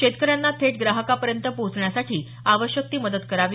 शेतकऱ्यांना थेट ग्राहकापर्यंत पोहोचण्यासाठी आवश्यक ती मदत करावी